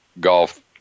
golf